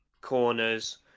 corners